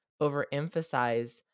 overemphasize